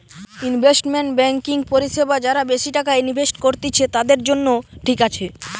investment banking পরিষেবা যারা বেশি টাকা ইনভেস্ট করত্তিছে, তাদের জন্য ঠিক আছে